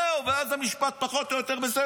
זהו, ואז המשפט פחות או יותר בסדר.